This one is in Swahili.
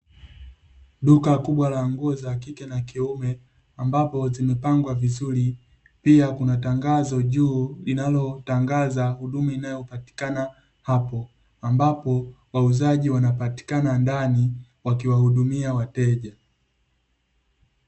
Duka kubwa la nguo za kike na kiume ambapo zimepangwa vizuri. Pia, kuna tangazo juu linalotangaza huduma inayopatikana hapo, ambapo wauzaji wanapatikana ndani wakiwahudumia wateja.